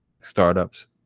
startups